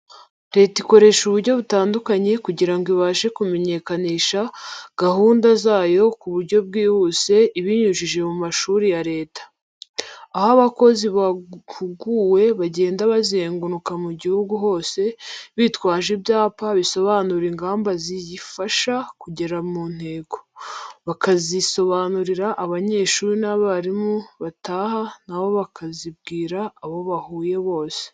Leta ikoresha uburyo butandukanye kugira ngo ibashe kumenyekanisha guhunda zayo ku buryo bwihuse, ibinyujije mu mashuri ya Leta. Aho abakozi bahuguwe bagenda bazenguruka mu gihugu hose, bitwaje ibyapa bisobanura ingamba ziyifasha kugera ku ntego, bakazisobanurira abanyeshuri n'abarimu, bataha na bo bakazibwira abo bahuye bose.